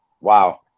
wow